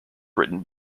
written